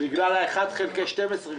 בגלל ה-1/12 קיצצו.